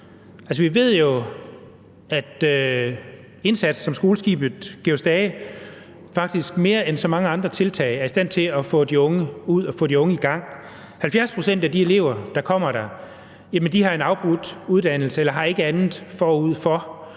vi ved jo, at skoleskibet »Georg Stage«s indsats faktisk mere end så mange andre tiltag er i stand til at få de unge ud og få de unge i gang. 70 pct. af de elever, der kommer der, har en afbrudt uddannelse eller har ikke andet forud for